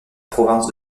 province